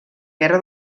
guerra